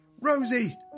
Rosie